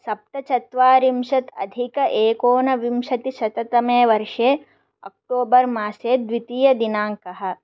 सप्तचत्वारिंशत् अधिक एकोनविंशतिशततमे वर्षे अक्टोबर्मासे द्वितीयदिनाङ्कः